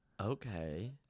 Okay